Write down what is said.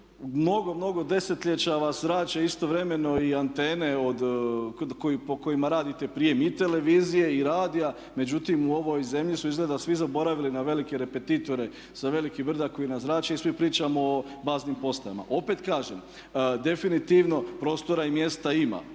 mnogo, mnogo desetljeća vas zrače istovremeno i antene po kojima radite prijem i televizije i radija. Međutim, u ovoj zemlji su izgleda svi zaboravili na velike repetitore sa velikih brda koji nas zrače i svi pričamo o baznim postajama. Opet kažem, definitivno prostora i mjesta ima